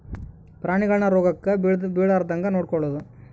ಪ್ರಾಣಿಗಳನ್ನ ರೋಗಕ್ಕ ಬಿಳಾರ್ದಂಗ ನೊಡಕೊಳದು